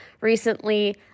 recently